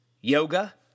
Yoga